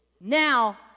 Now